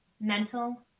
mental